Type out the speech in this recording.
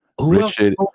Richard